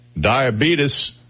diabetes